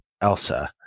Elsa